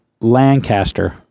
Lancaster